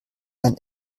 ein